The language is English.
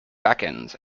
beckons